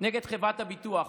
נגד חברת הביטוח.